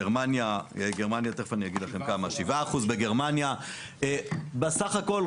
גרמניה עם 7%. בסך הכול,